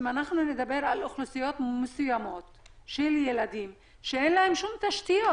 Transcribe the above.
אם אנחנו מדברים על אוכלוסיות מסוימות שלך ילדים שאין להם שום תשתיות